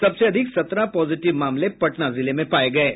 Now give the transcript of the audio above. सबसे अधिक सत्रह पॉजिटिव मामले पटना जिले में पाये गये हैं